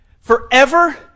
Forever